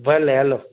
भले हलो